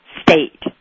state